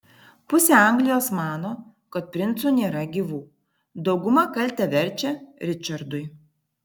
pusė anglijos mano kad princų nėra gyvų dauguma kaltę verčia ričardui